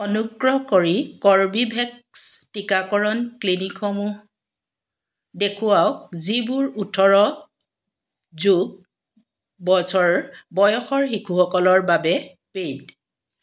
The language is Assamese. অনুগ্ৰহ কৰি কৰ্বীভেক্স টীকাকৰণ ক্লিনিকসমূহ দেখুৱাওক যিবোৰ ওঠৰ যোগ বছৰ বয়সৰ শিশুসকলৰ বাবে পেইড